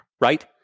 right